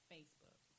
Facebook